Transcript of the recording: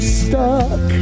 stuck